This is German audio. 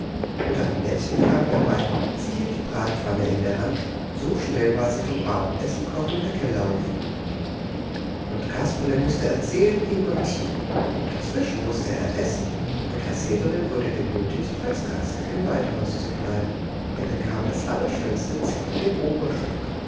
mutter annettchen kam herbei sie hielt die bratpfanne in der hand so schnell war sie vom abendessenkochen weggelaufen und kasperle mußte erzählen immerzu und dazwischen mußte er essen und herr severin wurde genötigt als gast im waldhaus zu bleiben er bekam das allerschönste zimmer im oberstock